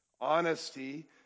Honesty